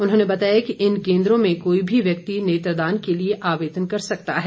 उन्होंने बताया कि इन केन्द्रों में कोई भी व्यक्ति नेत्रदान के लिए आवेदन कर सकता है